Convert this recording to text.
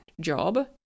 job